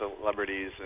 celebrities